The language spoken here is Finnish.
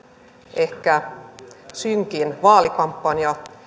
ehkä synkin vaalikampanja